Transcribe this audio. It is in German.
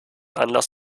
anlass